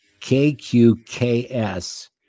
KQKS